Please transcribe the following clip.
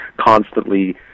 constantly